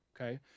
okay